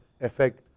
effect